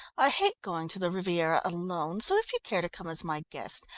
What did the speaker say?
i hate going to the riviera alone, so if you care to come as my guest,